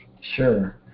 Sure